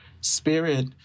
spirit